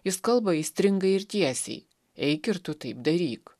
jis kalba aistringai ir tiesiai eik ir tu taip daryk